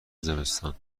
زمستان